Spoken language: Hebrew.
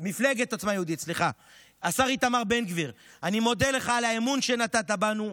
אני מודה לך על האמון שנתת בנו,